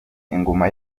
ingoma